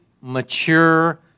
mature